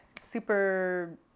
super